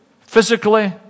physically